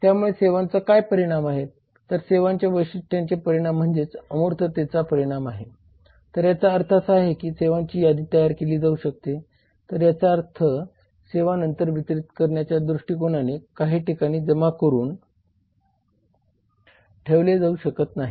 त्यामुळे सेवांचा काय परिणाम आहेत तर सेवांच्या वैशिष्ट्यांचे परिणाम म्हणजेच अमूर्ततेचा परिणाम आहे तर याचा अर्थ असा आहे की सेवांची यादी तयार केली जाऊ शकते तर याचा अर्थ सेवा नंतर वितरीत करण्याच्या दृष्टीकोनाने काही ठिकाणी जमा करून ठेवले जाऊ शकत नाही